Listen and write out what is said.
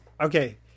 Okay